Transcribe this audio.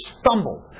stumbled